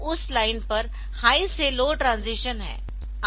तो उस लाइन पर हाई से लो ट्रांजीशन है